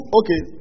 okay